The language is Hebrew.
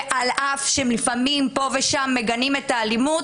ועל אף שלפעמים פה ושם הם מגנים את האלימות,